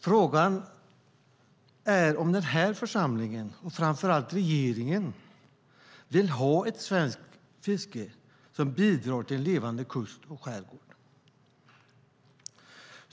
Frågan är om den här församlingen, och framför allt regeringen, vill ha ett svenskt fiske som bidrar till en levande kust och skärgård.